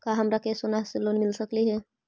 का हमरा के सोना से लोन मिल सकली हे?